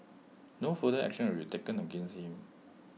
no further action will be taken against him